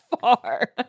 far